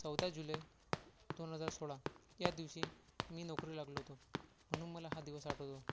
चौदा जुलै दोन हजार सोळा यादिवशी मी नोकरीला लागलो होतो म्हणून मला हा दिवस आठवतो